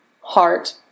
heart